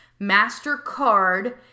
MasterCard